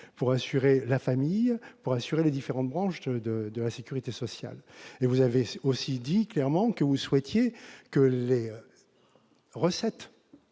pour assurer la famille pour assurer les différentes branches de de la sécurité sociale et vous avez aussi dit clairement que vous souhaitiez que les recettes